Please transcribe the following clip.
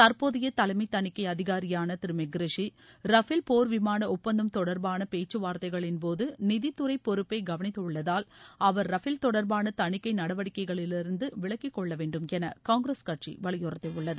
தற்போதைய தலைமை தணிக்கை அதிகாரியான திரு மெஹ்ரிஷி ரஃபேல் போா்விமான ஒப்பந்தம் தொடர்பான பேச்கவார்த்தைகளின்போது நிதித்துறை பொறுப்பை கவனித்துள்ளதால் அவர் ரஃபேல் தொடர்பான தணிக்கை நடவடிக்கைகளிலிருந்து விலகிக் கொள்ள வேண்டும் என காங்கிரஸ் கட்சி வலியுறுத்தியுள்ளது